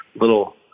little